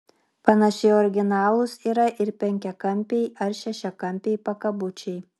panašiai originalūs yra ir penkiakampiai ar šešiakampiai pakabučiai